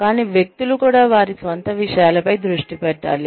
కానీ వ్యక్తులు కూడా వారి స్వంత విషయాలపై దృష్టి పెట్టవచ్చు